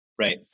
right